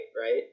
right